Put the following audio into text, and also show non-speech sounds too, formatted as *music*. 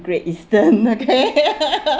great eastern okay *laughs*